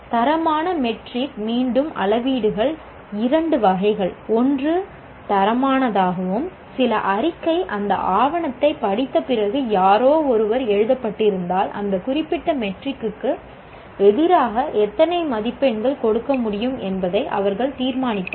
தரமான மெட்ரிக் மீண்டும் அளவீடுகள் இரண்டு வகைகள் ஒன்று தரமானதாகும் சில அறிக்கை அந்த ஆவணத்தைப் படித்த பிறகு யாரோ ஒருவர் எழுதப்பட்டிருப்பதால் அந்த குறிப்பிட்ட மெட்ரிக்குக்கு எதிராக எத்தனை மதிப்பெண்கள் கொடுக்க முடியும் என்பதை அவர்கள் தீர்மானிப்பார்கள்